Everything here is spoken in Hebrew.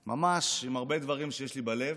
ממש, עם הרבה דברים שיש לי בלב,